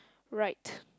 right